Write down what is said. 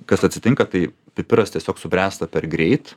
kas atsitinka tai pipiras tiesiog subręsta per greit